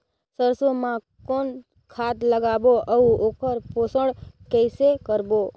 सरसो मा कौन खाद लगाबो अउ ओकर पोषण कइसे करबो?